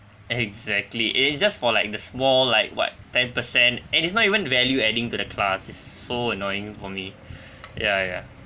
exactly it is just for like the small like what ten percent and it's not even value adding to the class is so annoying for me yeah yeah